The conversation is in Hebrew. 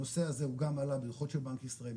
הנושא הזה עלה גם בדוחות של בנק ישראל,